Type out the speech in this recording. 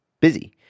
busy